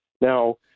now